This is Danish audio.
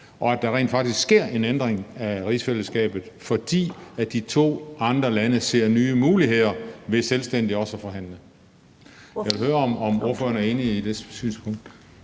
Og at der rent faktisk sker en ændring af rigsfællesskabet, fordi de to andre lande ser nye muligheder ved selvstændigt at forhandle. Jeg vil høre, om ordføreren er enig i det synspunkt.